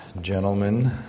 gentlemen